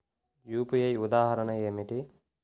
UPI ఉదాహరణ ఏమిటి?